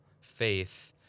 faith